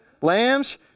lambs